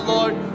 Lord